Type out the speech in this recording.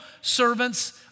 servants